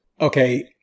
Okay